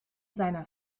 seiner